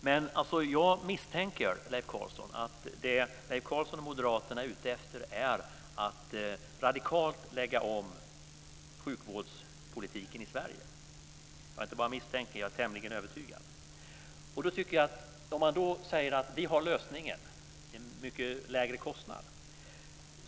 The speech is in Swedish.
Men jag misstänker att det som Leif Carlson och Moderaterna är ute efter är att radikalt lägga om sjukvårdspolitiken i Sverige. Jag inte bara misstänker det - jag är tämligen övertygad. Man säger att man har lösningen till en mycket lägre kostnad.